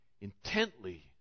intently